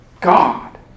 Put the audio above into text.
God